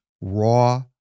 raw